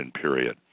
period